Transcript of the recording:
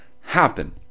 happen